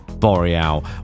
Boreal